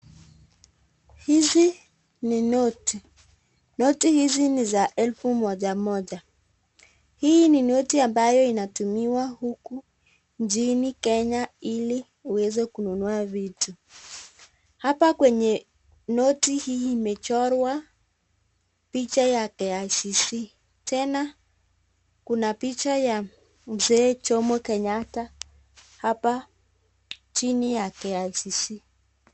Hizi ni noti, noti hizi ni za elfu moja moja ,hii ni noti ambayo inatumiwa huku nchini Kenya ili uweze kununua vitu ,hapa kwenye noti hii imechorwa picha ya KICC tena kuna picha ya mzee Jomo Kenyatta hapa chini ya KICC.